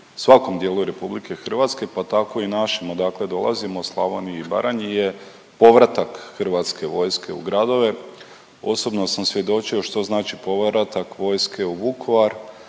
svakom dijelu RH pa tako i našima. Dakle dolazimo u Slavoniji i Baranji je povratak Hrvatske vojske u gradove. Osobno sam svjedočio što znači povratak vojske u Vukovar,